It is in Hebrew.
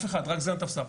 רק סגן טפסר.